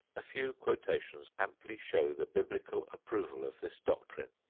a few quotations amply show the biblical approval of this doctrine